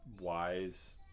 wise